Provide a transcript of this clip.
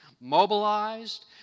mobilized